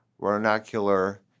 vernacular